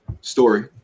Story